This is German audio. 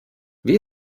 wie